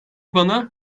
bana